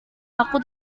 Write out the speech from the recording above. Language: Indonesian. aku